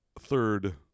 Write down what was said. third